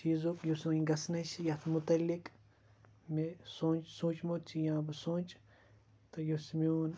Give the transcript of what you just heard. چیزُک یُس وُنہِ گَژھنے چھُ یتھ مُتعلق مے سونٛچ سونٛچمُت چھُ یا بہٕ سونٛچہٕ تہٕ یُس میون